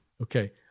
Okay